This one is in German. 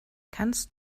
kannst